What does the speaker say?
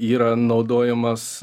yra naudojamas